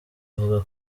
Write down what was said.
avuga